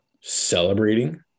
celebrating